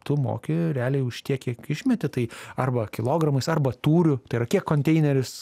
tu moki realiai už tiek kiek išmeti tai arba kilogramais arba tūriu tai yra kiek konteineris